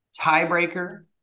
tiebreaker